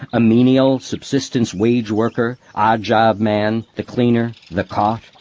a menial, subsistence wage worker, odd job man, the cleaner, the caught,